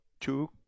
two